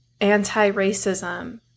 anti-racism